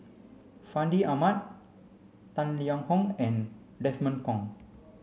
Fandi Ahmad Tang Liang Hong and Desmond Kon